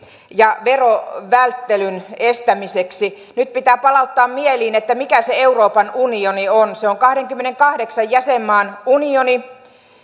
ja verovälttelyn estämiseksi nyt pitää palauttaa mieliin mikä se euroopan unioni on se on kahteenkymmeneenkahdeksaan jäsenmaan unioni